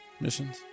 Missions